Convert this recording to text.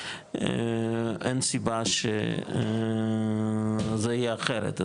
אין סיבה שזה יהיה אחרת.